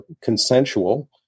consensual